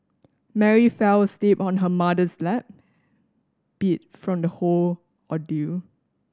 Mary fell asleep on her mother's lap beat from the whole ordeal